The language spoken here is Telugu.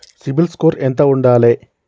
సిబిల్ స్కోరు ఎంత ఉండాలే?